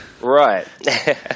right